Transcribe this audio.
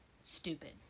stupid